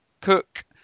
Cook